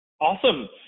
Awesome